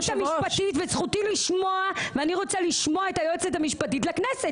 זכותי לשמוע ואני רוצה לשמוע את היועצת המשפטית לכנסת.